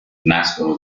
nascono